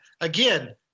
again